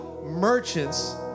Merchants